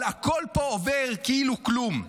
אבל הכול פה עובר כאילו כלום,